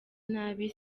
nabi